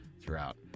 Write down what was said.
throughout